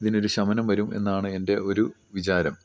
ഇതിന് ഒരു ശമനം വരും എന്നാണ് എൻ്റെ ഒരു വിചാരം